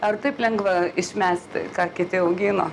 ar taip lengva išmesti ką kiti augino